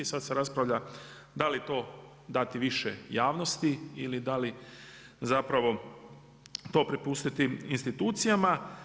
Sada se raspravlja da li to dati više javnosti ili da li zapravo to prepustiti institucijama.